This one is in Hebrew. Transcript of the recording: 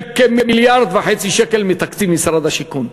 של כ-1.5 מיליארד שקל מתקציב משרד השיכון.